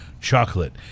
chocolate